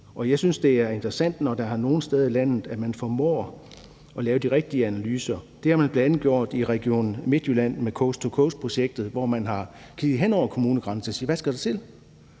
Jeg synes, det er interessant, når man nogle steder i landet formår at lave de rigtige analyser. Det har man bl.a. gjort i Region Midtjylland med coast to coast-projektet, hvor man har kigget hen over kommunegrænser og sagt: Hvad skal der til?